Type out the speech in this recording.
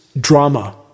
drama